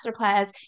masterclass